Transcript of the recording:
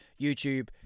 YouTube